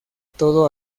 todo